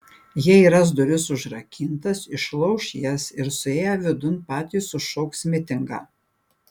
jei ras duris užrakintas išlauš jas ir suėję vidun patys sušauks mitingą